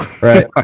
Right